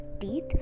teeth